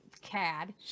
cad